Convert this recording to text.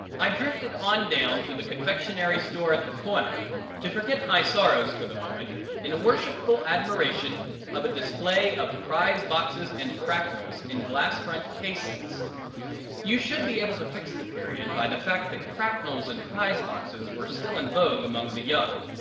i drifted on down to the confectionery store at the corner to forget my sorrows for the moment in a worshipful admiration of a display of prize boxes and cracknels in glass-front cases you should be able to fix the period by the fact that cracknels and prize boxes were still in vogue among the young.